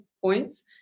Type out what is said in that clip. points